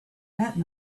that